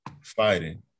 fighting